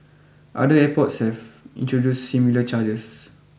other airports have introduced similar charges